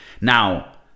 now